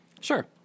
Sure